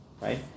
right